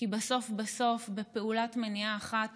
כי בסוף בסוף, בפעולת מניעה אחת